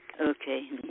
Okay